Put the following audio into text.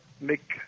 make